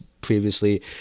previously